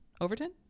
overton